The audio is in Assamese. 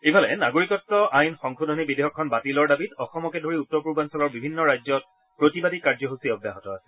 ইফালে নাগৰিকত্ব সংশোধনী বিধেয়কখন বাতিলৰ দাবীত অসমকে ধৰি উত্তৰ পূৰ্বাঞ্চলৰ বিভিন্ন ৰাজ্যত প্ৰতিবাদী কাৰ্যসূচী অব্যাহত আছে